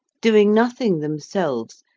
doing nothing themselves,